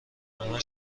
همه